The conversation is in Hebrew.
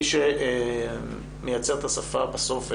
מי שמייצר בסוף את השפה,